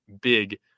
big